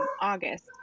August